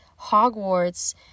Hogwarts